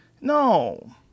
no